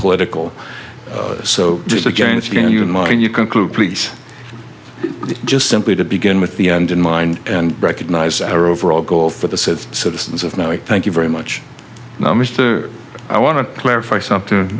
political so just against you in mind you conclude please just simply to begin with the end in mind and recognize our overall goal for the citizens of know it thank you very much now mr i want to clarify something